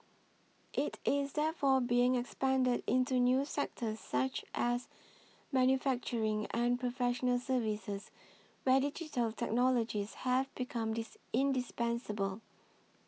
it is therefore being expanded into new sectors such as manufacturing and professional services where digital technologies have become dis indispensable